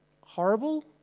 horrible